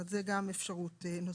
זה גם אפשרות נוספת.